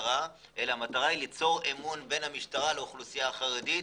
המשטרה אלא ליצור אמון בין המשטרה לאוכלוסייה החרדית.